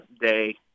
day